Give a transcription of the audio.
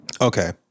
Okay